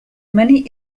money